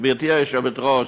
גברתי היושבת-ראש,